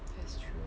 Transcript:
that's true